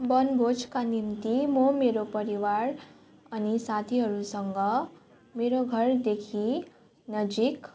वनभोजका निम्ति म मेरो परिवार अनि साथीहरूसँग मेरो घरदेखि नजिक